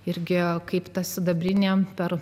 irgi kaip ta sidabrinė per